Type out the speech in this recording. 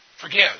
forgive